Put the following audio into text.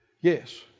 yes